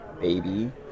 baby